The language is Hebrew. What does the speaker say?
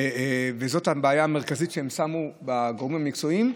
וזאת הבעיה המרכזית שמסרו הגורמים מקצועיים,